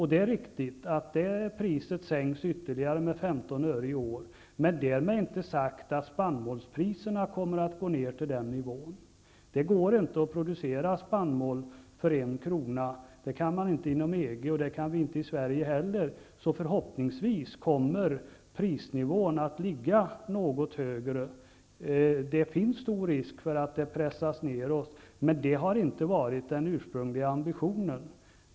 Det är riktigt att det priset sänks med ytterligare 15 öre i år, men därmed inte sagt att spannmålspriserna kommer att gå ned till den nivån. Det går inte att producera spannmål för en krona. Det kan man inte inom EG, och det kan vi inte i Sverige heller. Förhoppningsvis kommer därför prisnivån att ligga något högre. Det finns stor risk för att priset pressas nedåt, men det har inte varit den ursprungliga ambitionen.